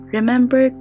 Remember